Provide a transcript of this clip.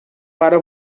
para